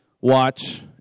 watch